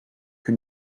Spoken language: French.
que